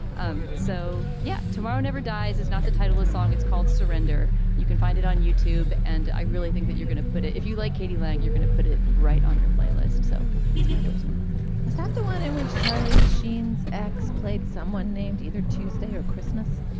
um so yeah tomorrow never dies is not the title song it's called surrender. you can find it on youtube and i really think that you're going to put it if you like k d. lang you're going to put it right on your playlist so that's my endorsement was that the one in which charlie sheen's ex played someone named either tuesday or christmas